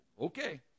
Okay